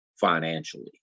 financially